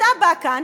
אתה בא כאן,